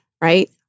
right